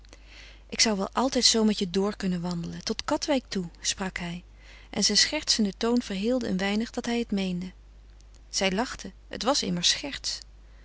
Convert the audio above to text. ik zou wel altijd zoo met je door kunnen wandelen tot katwijk toe sprak hij en zijn schertsende toon verheelde een weinig dat hij het meende zij lachte het was immers